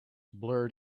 blurred